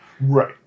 Right